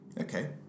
Okay